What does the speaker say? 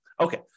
Okay